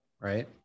right